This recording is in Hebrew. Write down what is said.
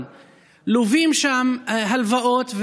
לווים שם הלוואות,